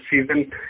season